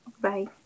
Bye